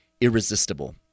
Irresistible